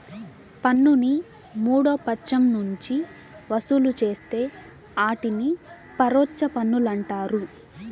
పన్నుని మూడో పచ్చం నుంచి వసూలు చేస్తే ఆటిని పరోచ్ఛ పన్నులంటారు